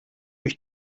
mich